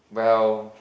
well